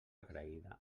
agraïda